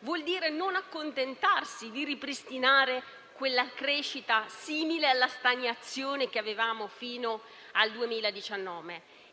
vuol dire non accontentarsi di ripristinare quella crescita simile alla stagnazione che avevamo fino al 2019